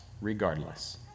regardless